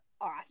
awesome